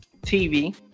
TV